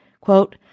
Quote